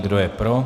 Kdo je pro?